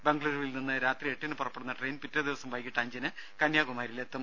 ബംഗളുരുവിൽ നിന്ന് രാത്രി എട്ടിന് പുറപ്പെടുന്ന ട്രെയിൻ പിറ്റെദിവസം വൈകീട്ട് അഞ്ചിന് കന്യാകുമാരിയിലെത്തും